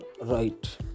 right